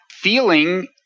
feeling